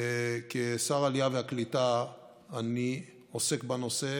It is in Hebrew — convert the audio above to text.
כשר העלייה והקליטה אני עוסק בנושא,